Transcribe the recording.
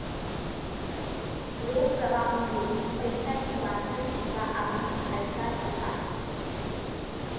रोख प्रवाह ह्यो पैशाची वास्तविक किंवा आभासी हालचाल असा